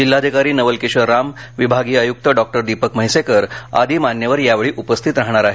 जिल्हाधिकारी नवल किशोर राम विभागीय आय्क्त डॉक्टर दीपक म्हैसेकर आदी मान्यवर यावेळी उपस्थित राहणार आहेत